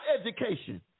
education